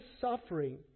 suffering